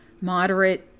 moderate